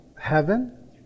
heaven